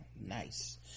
nice